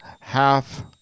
half